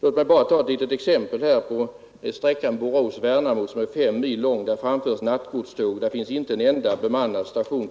Låt mig bara som ett exempel anföra att på sträckan Borås— Värnamo, som är fem mil lång, framförs nattgodståg. På hela sträckan finns inte en enda bemannad station.